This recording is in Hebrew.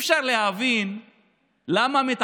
או שמה שמניע את כל הדיון הזה זה שליהודים מגיע ולערבים לא?